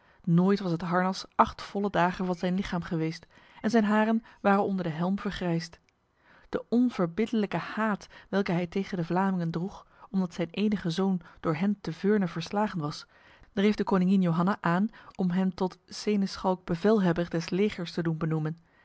nooit was het harnas acht volle dagen van zijn lichaam geweest en zijn haren waren onder de helm vergrijsd de onverbiddelijke haat welke hij tegen de vlamingen droeg omdat zijn enige zoon door hen te veurne verslagen was dreef de koningin johanna aan om hem tot seneschalk bevelhebber des legers te doen benoemen